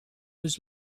his